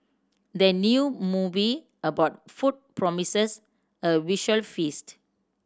the new movie about food promises a visual feast